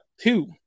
two